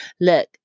Look